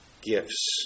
gifts